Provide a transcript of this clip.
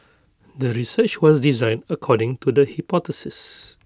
the research was designed according to the hypothesis